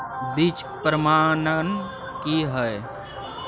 बीज प्रमाणन की हैय?